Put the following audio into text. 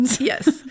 yes